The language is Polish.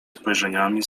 spojrzeniami